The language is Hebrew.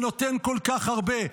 שנותן כל כך הרבה,